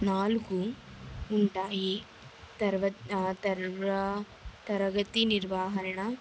నాలుగు ఉంటాయి తర్వా తర్వా తరగతి నిర్వాహణ